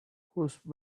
whose